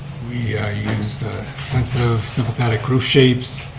we use sensitive sympathetic groove shapes.